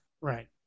right